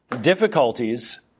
difficulties